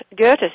Goethe